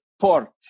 port